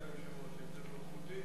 אדוני היושב-ראש,